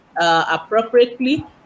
appropriately